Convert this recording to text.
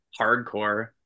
hardcore